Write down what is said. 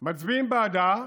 מצביעים בעדה,